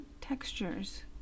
textures